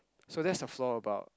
so that's the flaw about